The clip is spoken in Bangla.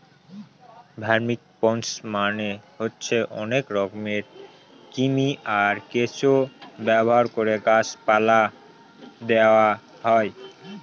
ভার্মিকম্পোস্ট মানে হচ্ছে অনেক রকমের কৃমি, আর কেঁচো ব্যবহার করে গাছ পালায় দেওয়া হয়